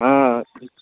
हँ